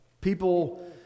people